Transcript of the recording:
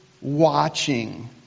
watching